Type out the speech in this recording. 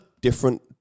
different